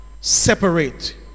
Separate